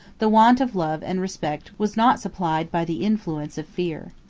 the want of love and respect was not supplied by the influence of fear.